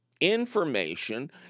information